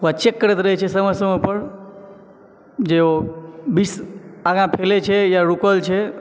ओकरा चेक करैत रहै छै समय समयपर जे ओ विष आगा फैलै छै या रूकल छै